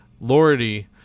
Lordy